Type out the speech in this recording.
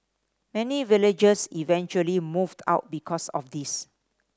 many villagers eventually moved out because of this